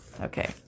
Okay